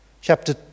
chapter